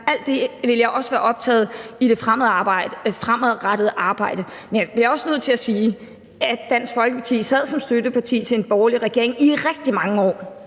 Alt det vil jeg også være optaget af i det fremadrettede arbejde. Jeg bliver dog også nødt til at sige, at Dansk Folkeparti sad som støtteparti for en borgerlig regering i rigtig mange år